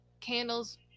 candles